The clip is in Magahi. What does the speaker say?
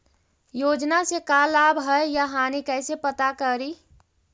योजना से का लाभ है या हानि कैसे पता करी?